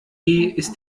ist